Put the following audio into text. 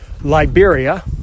Liberia